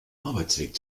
arbeitsweg